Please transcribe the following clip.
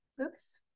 Oops